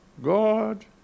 God